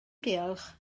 diolch